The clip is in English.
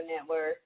Network